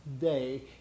day